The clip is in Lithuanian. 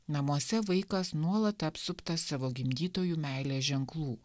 namuose vaikas nuolat apsuptas savo gimdytojų meilės ženklų